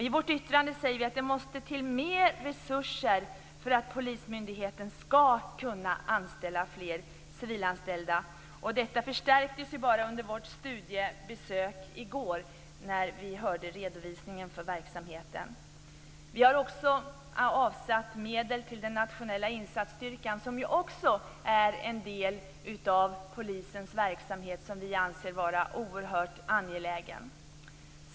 I vårt yttrande säger vi att det måste till mer resurser för att polismyndigheten skall kunna anställa fler civilanställda. Detta förstärktes ju bara under vårt studiebesök i går när vi hörde redovisningen av verksamheten. Vi har dessutom avsatt medel för den nationella insatsstyrkan, som också är en del av polisens verksamhet. Vi anser att den är oerhört angelägen.